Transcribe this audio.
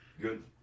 Good